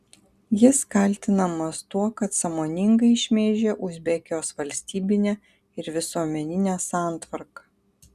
jis kaltinamas tuo kad sąmoningai šmeižė uzbekijos valstybinę ir visuomeninę santvarką